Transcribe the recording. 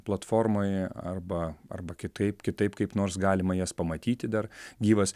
platformoj arba arba kitaip kitaip kaip nors galima jas pamatyti dar gyvas